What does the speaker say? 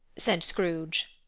said scrooge.